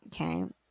Okay